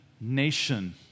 nation